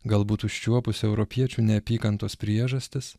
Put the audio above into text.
galbūt užčiuopus europiečių neapykantos priežastis